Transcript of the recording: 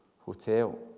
hotel